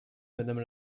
madame